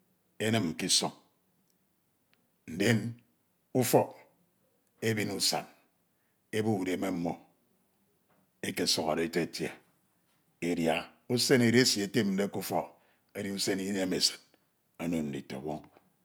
emin ke isọñ, odin ufọk ebin usa ebo udeme mmo ekesukhọde etetie edia, usen edesi etemde ke utọk edi usen inemesid omo nditọñwọñ.